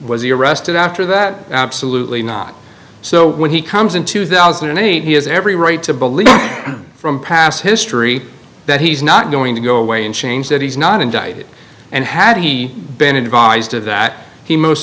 was he arrested after that absolutely not so when he comes in two thousand and eight he has every right to believe from past history that he's not going to go away and change that he's not indicted and had he been advised of that he most